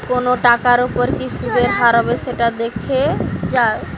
কোনো টাকার ওপর কি সুধের হার হবে সেটা দেখে যাওয়া